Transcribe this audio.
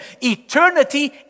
eternity